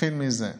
נתחיל מזה.